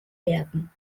werden